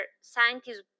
scientists